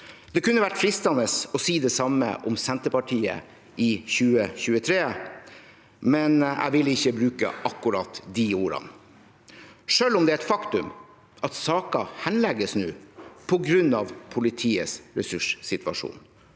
Det kunne ha vært fristende å si det samme om Senterpartiet i 2023, men jeg vil ikke bruke akkurat de ordene – selv om det er et faktum at saker nå henlegges på grunn av politiets ressurssituasjon,